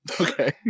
Okay